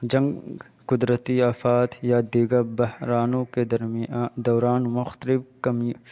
جنگ قدرتی آفات یا دیگر بحرانوں کے درمیاں دوران مختلف کمیو